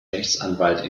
rechtsanwalt